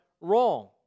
wrong